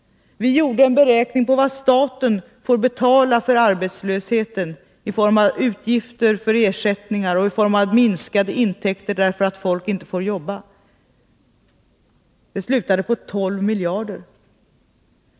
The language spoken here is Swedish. Vi gjorde en beräkning av vad staten får betala för arbetslösheten i form av utgifter för ersättningar och minskade intäkter därför att folk inte får jobba. Beräkningen slutade på 12 miljarder.